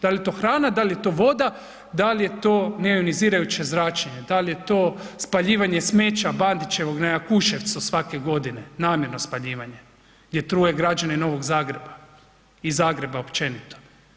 Da li je to hrana, da li je to voda, da li je to neionizirajuće zračenje, da li je to spaljivanje smeća Bandićevog na Jakuševcu svake godine namjerno spaljivanje gdje truje građane Novog Zagreba i Zagreba općenito.